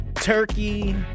Turkey